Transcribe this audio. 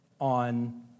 on